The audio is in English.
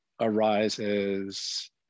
arises